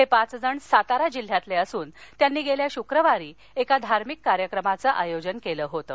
हे पाच जण सातारा जिल्ह्यातले असून त्यांनी गेल्या शुक्रवारी एका धार्मिक कार्यक्रमाचं आयोजन केलं होतं